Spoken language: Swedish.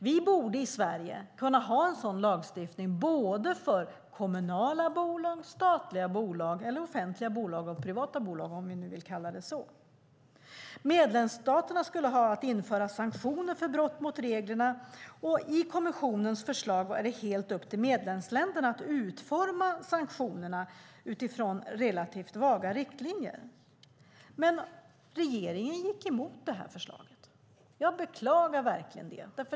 Vi i Sverige borde kunna ha en sådan lagstiftning för kommunala och statliga bolag, det vill säga offentliga bolag, och privata bolag. Medlemsstaterna skulle införa sanktioner för brott mot reglerna, och enligt kommissionens förslag var det helt upp till medlemsländerna att utforma sanktionerna utifrån relativt vaga riktlinjer. Men regeringen gick emot det här förslaget. Jag beklagar verkligen det.